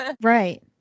Right